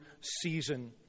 season